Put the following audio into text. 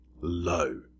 low